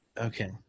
Okay